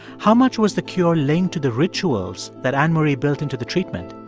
how much was the cure linked to the rituals that anne marie built into the treatment?